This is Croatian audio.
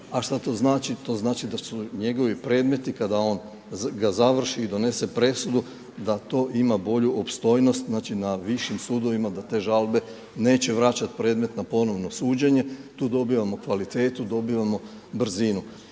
A šta to znači? To znači da su njegovi predmeti kada ga on završi i donese presudu da to ima bolju opstojnost na višim sudovima da te žalbe neće vraćati predmet na ponovno suđenje, tu dobivamo kvalitetu, dobivamo brzinu.